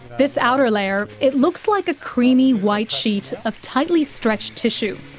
this outer layer, it looks like a creamy white sheet of tightly stretched tissue.